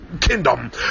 kingdom